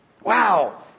Wow